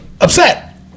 upset